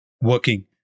working